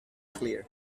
clear